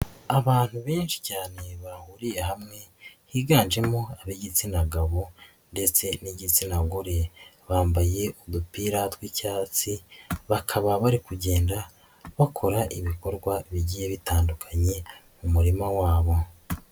Abantu benshi cyane bahuriye hamwe, higanjemo ab'igitsina gabo ndetse n'igitsina gore, bambaye udupira tw'icyatsi, bakaba bari kugenda bakora ibikorwa bigiye bitandukanye mu murima wabo.